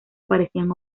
parecían